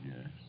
Yes